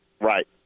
Right